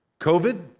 COVID